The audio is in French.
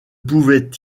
pouvait